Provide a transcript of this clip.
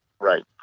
Right